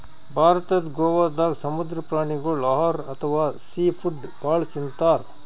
ಭಾರತದ್ ಗೋವಾದಾಗ್ ಸಮುದ್ರ ಪ್ರಾಣಿಗೋಳ್ ಆಹಾರ್ ಅಥವಾ ಸೀ ಫುಡ್ ಭಾಳ್ ತಿಂತಾರ್